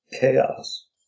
chaos